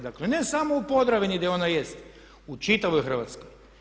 Dakle ne samo u Podravini gdje ona jest, u čitavom Hrvatskoj.